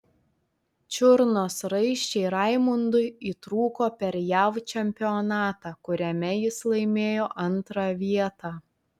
čiurnos raiščiai raimundui įtrūko per jav čempionatą kuriame jis laimėjo antrą vietą